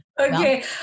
Okay